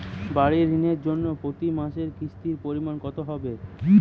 বাড়ীর ঋণের জন্য প্রতি মাসের কিস্তির পরিমাণ কত হবে?